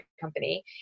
company